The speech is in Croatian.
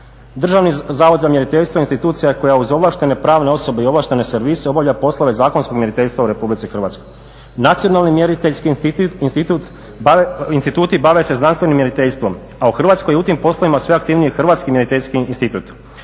Državni zavod za mjeriteljstvo je institucija koja uz ovlaštene pravne osobe i ovlaštene servise obavlja poslove zakonskog mjeriteljstva u Republici Hrvatskoj. Nacionalni mjeriteljski instituti bave se znanstvenim mjeriteljstvom, a u Hrvatskoj je u tim poslovima sve aktivniji Hrvatski mjeriteljski institut.